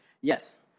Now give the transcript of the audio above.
Yes